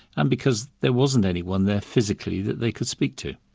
and because there wasn't anyone there physically that they could speak to.